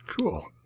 Cool